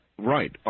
Right